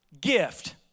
gift